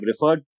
referred